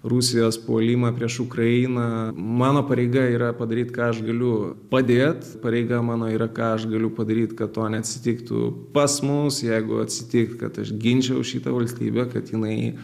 rusijos puolimą prieš ukrainą mano pareiga yra padaryt ką aš galiu padėt pareiga mano yra ką aš galiu padaryt kad to neatsitiktų pas mus jeigu atsitiktų kad aš ginčiau šitą valstybę kad jinai